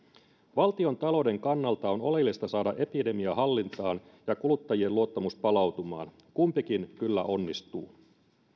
valtiontalouden kannalta on oleellista saada epidemia hallintaan ja kuluttajien luottamus palautumaan kumpikin kyllä onnistuu